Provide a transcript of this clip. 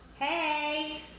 Hey